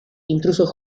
intrusos